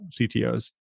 CTOs